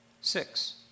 Six